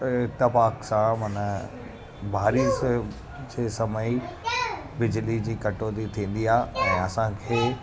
इतिफ़ाक़ सां माना बारिश जे समय बिजली जी कटौती थींदी आहे ऐं असांखे